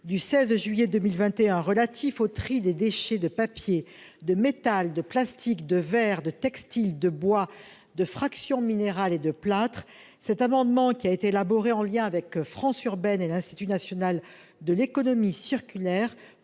du 16 juillet 2021 relatif au tri des déchets de papier, de métal, de plastique, de verre, de textiles, de bois, de fraction minérale et de plâtre, cet amendement, élaboré en lien avec France urbaine et l'Institut national de l'économie circulaire